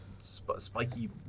spiky